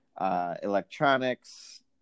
electronics